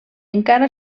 encara